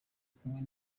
kamwe